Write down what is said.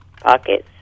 pockets